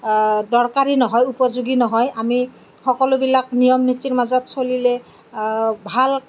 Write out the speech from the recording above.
দৰকাৰী নহয় উপযোগী নহয় আমি সকলোবিলাক নিয়ম নীতিৰ মাজত চলিলে ভাল